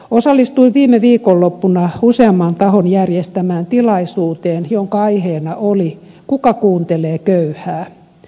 osallistuin viime viikonloppuna useamman tahon järjestämään tilaisuuteen jonka aiheena oli kuka kuuntelee köyhää